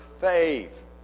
faith